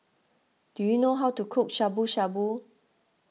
do you know how to cook Shabu Shabu